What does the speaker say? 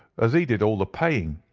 as he did all the paying.